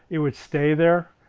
it would stay there,